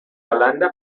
holanda